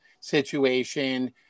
situation